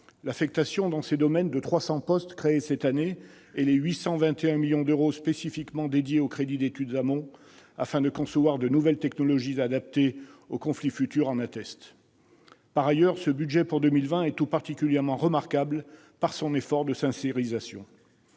L'affectation dans ces domaines de 300 postes créés cette année et les 821 millions d'euros spécifiquement dédiés aux crédits d'études amont, afin de concevoir de nouvelles technologies adaptées aux conflits futurs, en attestent. Par ailleurs, ce budget pour 2020 est tout particulièrement remarquable par son effort de sincérisation,